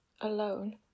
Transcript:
alone